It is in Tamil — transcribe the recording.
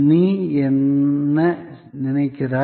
நீ என்ன நினைக்கிறாய்